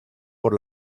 por